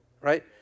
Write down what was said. Right